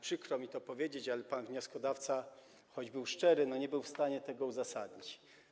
Przykro mi to powiedzieć, ale pan wnioskodawca, choć był szczery, nie był w stanie tego uzasadnić.